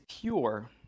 pure